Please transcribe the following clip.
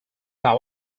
now